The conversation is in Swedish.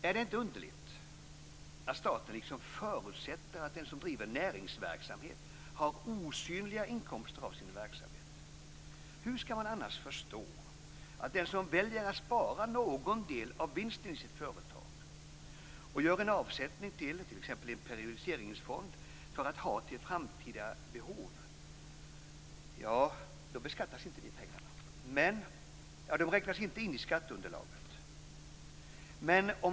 Är det inte underligt att staten förutsätter att den som driver näringsverksamhet har osynliga inkomster av sin verksamhet? Hur skall man annars förstå att om man väljer att spara någon del av vinsten i sitt företag och gör en avsättning till t.ex. en periodiseringsfond för att ha till framtida behov, beskattas inte pengarna? De räknas inte in i skatteunderlaget.